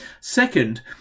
Second